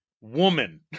woman